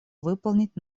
выполнить